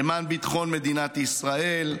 למען ביטחון מדינת ישראל.